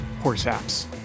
horseapps